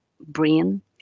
brain